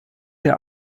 der